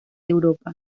europa